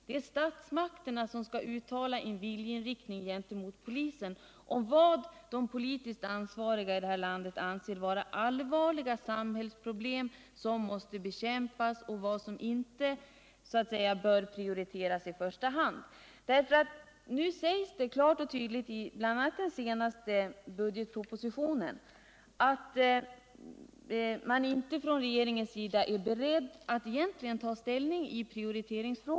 Det är statsmakterna som skall uttala sin viljeinriktning och ange vad de politiskt ansvariga i det här landet anser vara allvarliga samhällsproblem, som måste bekämpas och därmed vad som inte bör prioriteras i första hand. Nu sägs klart och tydligt bl.a. i den senaste budgetpropositionen att regeringen egentligen inte är beredd att ta ställning till prioriteringen.